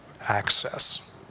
access